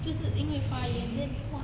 就是因为发炎 then !wah!